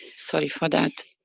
sorry for that.